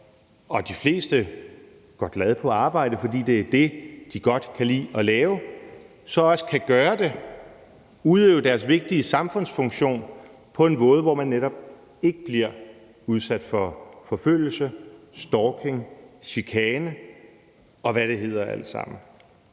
de fleste går glade på arbejde, fordi det er det, de godt kan lide at lave, så også kan gøre det, udøve deres vigtige samfundsfunktion på en måde, hvor man netop ikke bliver udsat for forfølgelse, stalking, chikane, og hvad det alt sammen